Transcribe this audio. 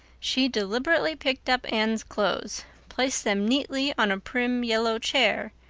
she deliberately picked up anne's clothes, placed them neatly on a prim yellow chair,